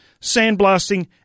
sandblasting